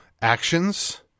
actions